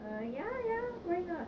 err ya ya why not